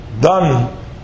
done